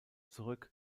zurück